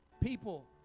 People